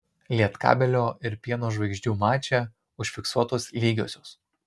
lietkabelio ir pieno žvaigždžių mače užfiksuotos lygiosios